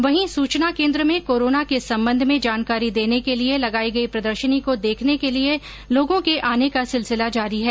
वहीं सूचना केन्द्र में कोरोना के संबंध में जानकारी देने के लिए लगाई गई प्रदर्शनी को देखने के लिए लोगों के आने का सिलसिला जारी है